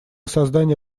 создание